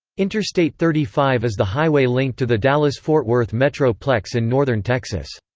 interstate thirty five is the highway link to the dallas-fort worth metro-plex in northern texas.